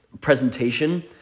presentation